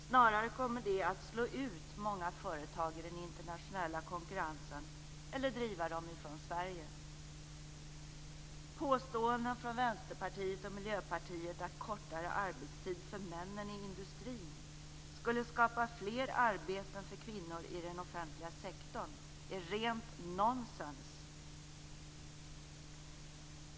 Snarare kommer det att slå ut många företag i den internationella konkurrensen eller driva dem från Sverige. Påståenden från Vänsterpartiet och Miljöpartiet att kortare arbetstid för männen i industrin skulle skapa fler arbeten för kvinnor i den offentliga sektorn är rent nonsens.